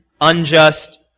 unjust